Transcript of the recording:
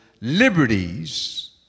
liberties